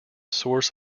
source